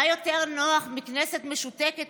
מה יותר נוח מכנסת משותקת,